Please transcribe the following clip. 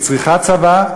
היא צריכה צבא,